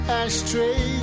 ashtray